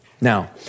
Now